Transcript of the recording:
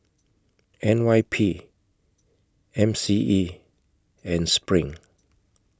N Y P M C E and SPRING